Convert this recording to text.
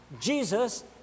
Jesus